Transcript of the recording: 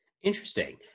Interesting